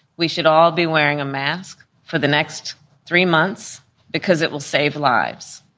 we should all be wearing a mask for the next three months because it will save lives.